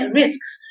risks